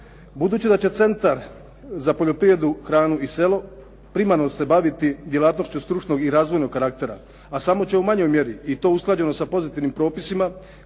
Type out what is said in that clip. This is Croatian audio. Budući da će Centar za poljoprivredu, hranu i selo primarno se baviti djelatnošću stručnog i razvojnog karaktera, a samo će u manjoj mjeri i to usklađeno sa pozitivnim propisima